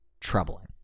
troubling